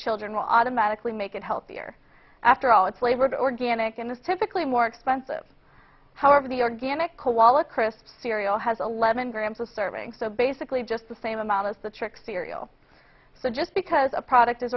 children will automatically make it healthier after all it's labored organic and is typically more expensive however the organic koala chris cereal has eleven grams of servings so basically just the same amount as the trick cereal so just because a product is